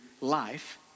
life